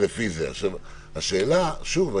השאלה שוב,